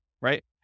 right